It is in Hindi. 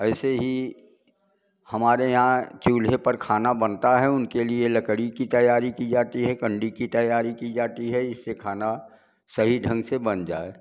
ऐसे ही हमारे यहाँ चूल्हे पर खाना बनता है उनके लिए लकड़ी की तैयारी की जाती है कंडी की तैयारी की जाती है जिससे खाना सही ढंग से बन जाए